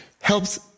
helps